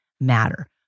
matter